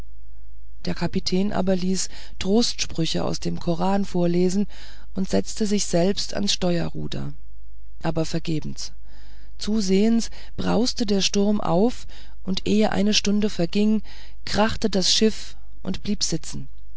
der kapitän aber ließ trostsprüche aus dem koran vorlesen und setzte sich selbst ans steuerruder aber vergebens zusehends brauste der sturm auf und ehe eine stunde verging krachte das schiff und blieb sitzen